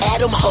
Adam